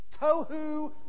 Tohu